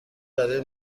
برای